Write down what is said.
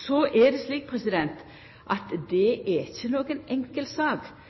Så er det slik at det er inga enkel sak.